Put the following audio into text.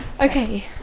Okay